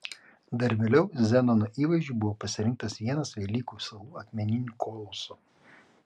dar vėliau zenono įvaizdžiui buvo pasirinktas vienas velykų salų akmeninių kolosų